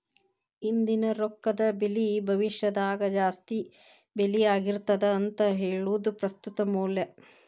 ಇಂದಿನ ರೊಕ್ಕದ ಬೆಲಿ ಭವಿಷ್ಯದಾಗ ಜಾಸ್ತಿ ಬೆಲಿ ಆಗಿರ್ತದ ಅಂತ ಹೇಳುದ ಪ್ರಸ್ತುತ ಮೌಲ್ಯ